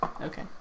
Okay